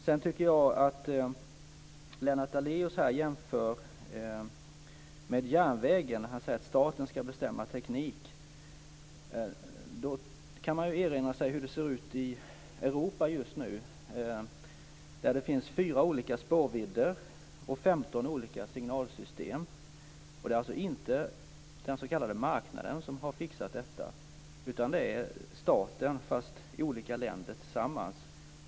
Sedan tycker jag att när Lennart Daléus jämför med järnvägen och säger att staten ska bestämma teknik, då kan man erinra sig hur det ser ut i Europa just nu. Det finns fyra olika spårvidder och femton olika signalsystem. Det är alltså inte den s.k. marknaden som har fixat detta utan det är staten, fast i olika länder tillsammans.